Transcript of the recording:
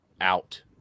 out